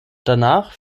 danach